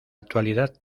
actualidad